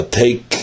take